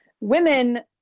Women